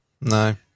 no